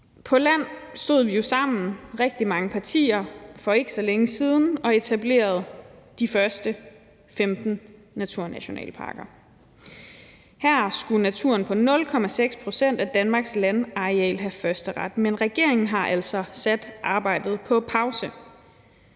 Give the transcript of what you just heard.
På land stod vi jo sammen i rigtig mange partier for ikke så længe siden og etablerede de første 15 naturnationalparker. Her skulle naturen på 0,6 pct. af Danmarks landareal have førsteret, men regeringen har altså sat arbejdet på pause,